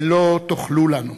ולא תוכלו לנו.